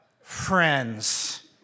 friends